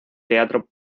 teatro